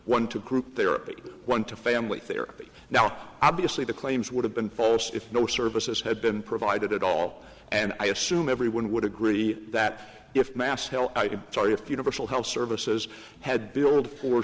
one to group therapy one to family therapy now obviously the claims would have been false if no services had been provided at all and i assume everyone would agree that if mass hell i'm sorry if universal health services had billed or